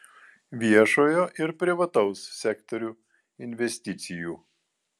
viešojo ir privataus sektorių investicijų